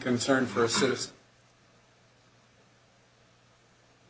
concern versus